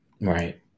right